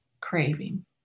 craving